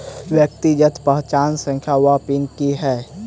व्यक्तिगत पहचान संख्या वा पिन की है?